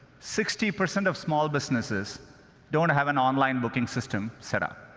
sixty percent of small businesses don't have an online booking system set up.